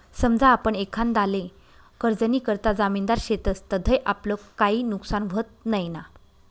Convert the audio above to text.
समजा आपण एखांदाले कर्जनीकरता जामिनदार शेतस तधय आपलं काई नुकसान व्हत नैना?